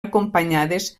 acompanyades